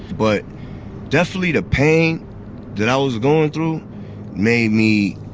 but definitely, the pain that i was going through made me